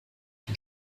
den